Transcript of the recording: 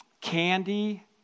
candy